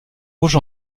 rouges